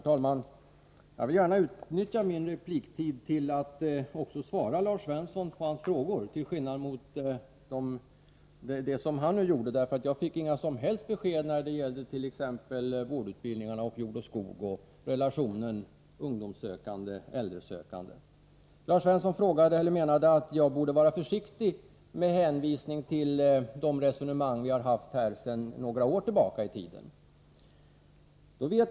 Herr talman! Jag vill utnyttja min repliktid till att också svara Lars Svensson på hans frågor till skillnad mot vad han gjorde. Jag fick inga som helst besked när det gäller t.ex. vårdutbildningarna, jord och skog, relationen ungdomssökande-äldresökande. Lars Svensson menade att jag borde vara försiktig, och han hänvisade därvid till de resonemang vi har fört här sedan några år tillbaka.